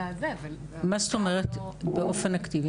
מה זאת אומרת באופן אקטיבי?